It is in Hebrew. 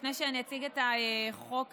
לפני שאני אציג את החוק הזה,